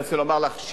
אני רוצה לומר לך,